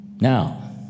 Now